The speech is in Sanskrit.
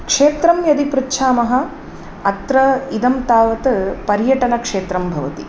क्षेत्रं यदि पृच्छामः अत्र इदं तावत् पर्यटनक्षेत्रं भवति